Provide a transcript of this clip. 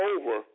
over